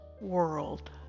world